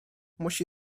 musi